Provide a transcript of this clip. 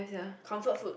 comfort food